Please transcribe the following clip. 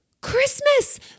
Christmas